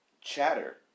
chatter